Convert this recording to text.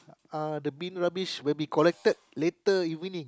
uh the bin rubbish will be collected later evening